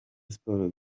sports